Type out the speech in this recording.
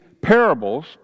parables